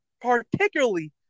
particularly